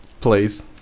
please